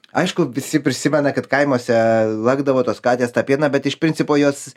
aišku visi prisimena kad kaimuose lakdavo tos katės tą pieną bet iš principo jos